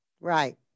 Right